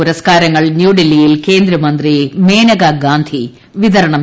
പുരസ്കാരങ്ങൾ ന്യൂഡൽഹിയിൽ കേന്ദ്രമന്ത്രി മേനകാ ഗാന്ധിച്ച്തരണം ചെയ്തു